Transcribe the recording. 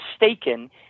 mistaken